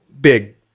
big